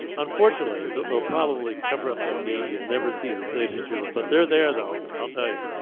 unfortunately, that will probably cover up that beam. you'll never see the signatures, but they're there, though i'll tell you.